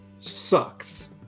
sucks